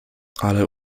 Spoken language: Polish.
ale